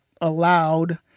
allowed